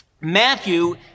Matthew